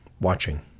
watching